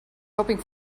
hoping